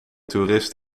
toerist